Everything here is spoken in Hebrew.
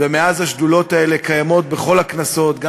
ומאז השדולות האלה קיימות בכל הכנסות, גם